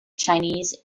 chinese